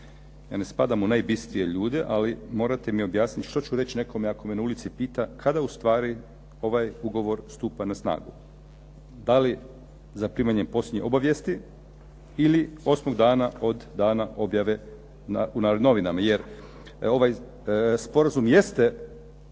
Ja ne spadam u najbistrije ljude, ali morate mi objasniti što ću reći nekome ako me na ulici pita kada ustvari ovaj ugovor stupa na snagu. Da li zaprimanjem posljednje obavijesti ili osmog dana od dana objave u "Narodnim novinama"? Jer ovaj sporazum jeste